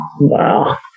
Wow